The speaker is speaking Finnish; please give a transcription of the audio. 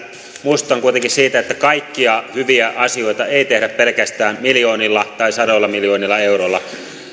muistutan kuitenkin siitä että kaikkia hyviä asioita ei tehdä pelkästään miljoonilla tai sadoilla miljoonilla euroilla on